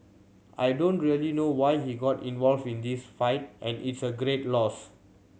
I don't really know why he got involved in this fight and it's a great loss